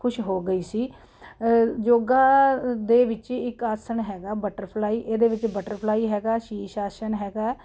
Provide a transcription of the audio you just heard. ਖੁਸ਼ ਹੋ ਗਈ ਸੀ ਯੋਗਾ ਦੇ ਵਿੱਚ ਇੱਕ ਆਸਣ ਹੈਗਾ ਬਟਰਫਲਾਈ ਇਹਦੇ ਵਿੱਚ ਬਟਰ ਫਲਾਈ ਹੈਗਾ ਸ਼ੀਸ਼ ਆਸਣ ਹੈਗਾ